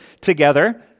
together